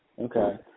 Okay